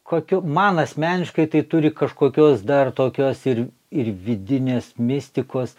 kokiu man asmeniškai tai turi kažkokios dar tokios ir ir vidinės mistikos